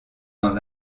dans